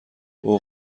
اوه